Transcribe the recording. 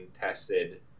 tested